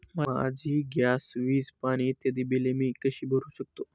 माझी गॅस, वीज, पाणी इत्यादि बिले मी कशी भरु शकतो?